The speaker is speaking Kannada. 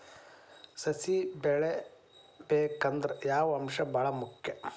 ಸಸಿ ಬೆಳಿಬೇಕಂದ್ರ ಯಾವ ಅಂಶ ಭಾಳ ಮುಖ್ಯ?